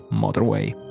Motorway